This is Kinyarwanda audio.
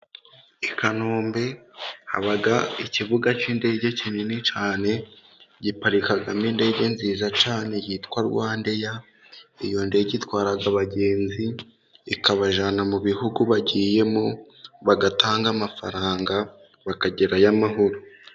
I kanombe haba ikibuga cy'indege kinini cyane, giparikamo indege nziza cyane yitwa "Rwanda air" iyo ndege itwara abagenzi ikabajana mu bihugu bagiyemo bagatanga amafaranga bakagerayo amahoro.